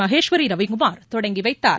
மகேஷ்வரி ரவிக்குமார் தொடங்கி வைத்தார்